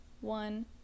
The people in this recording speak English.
one